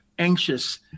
anxious